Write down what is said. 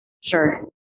Sure